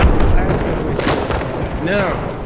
the highest middle way school is called that. now,